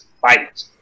fight